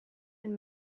and